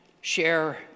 share